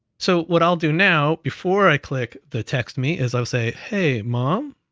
so what i'll do now before i click the text me, is i'll say, hey mom,